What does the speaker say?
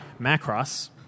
Macross